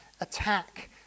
attack